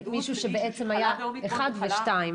מישהו שבעצם היה 1 ו-2.